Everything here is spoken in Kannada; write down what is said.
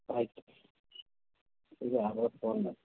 ಆಯಿತು ಈಗ ಫೋನ್ ಮಾಡಿ